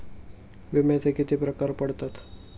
विम्याचे किती प्रकार पडतात?